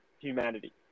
humanity